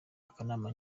akanama